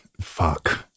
fuck